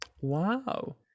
Wow